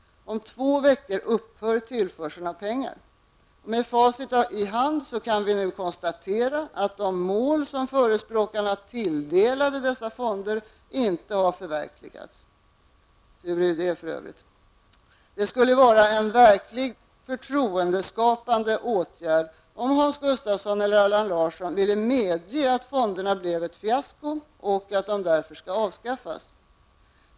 Om två veckor upphör tillförseln av pengar. Med facit i hand kan man konstatera att de mål som förespråkarna tilldelade fonderna inte har förverkligats. Tur är det, för övrigt. Det skulle vara en verkligt förtroendeskapande åtgärd om Hans Gustafsson eller Allan Larsson ville medge att fonderna blev ett fiasko och att de därför skall avskaffas.